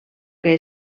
que